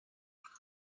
auch